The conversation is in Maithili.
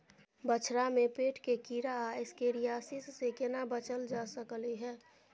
बछरा में पेट के कीरा आ एस्केरियासिस से केना बच ल जा सकलय है?